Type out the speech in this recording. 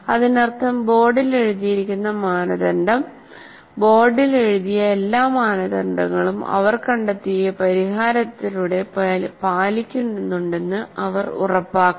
അതിനർത്ഥം ബോർഡിൽ എഴുതിയിരിക്കുന്ന മാനദണ്ഡം ബോർഡിൽ എഴുതിയ എല്ലാ മാനദണ്ഡങ്ങളും അവർ കണ്ടെത്തിയ പരിഹാരത്തിലൂടെ പാലിക്കുന്നുണ്ടെന്ന് അവർ ഉറപ്പാക്കണം